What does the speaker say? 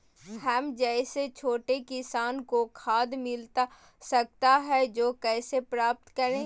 हम जैसे छोटे किसान को खाद मिलता सकता है तो कैसे प्राप्त करें?